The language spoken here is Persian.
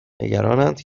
نگرانند